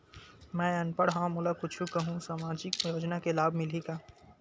मैं अनपढ़ हाव मोला कुछ कहूं सामाजिक योजना के लाभ मिलही का?